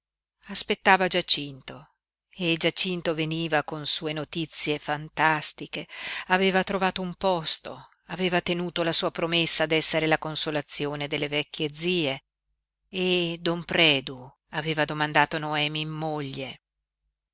aspettava giacinto e giacinto veniva con sue notizie fantastiche aveva trovato un posto aveva tenuto la sua promessa d'essere la consolazione delle vecchie zie e don predu aveva domandato noemi in moglie